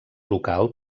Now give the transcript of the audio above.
local